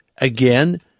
Again